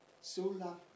Sola